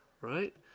right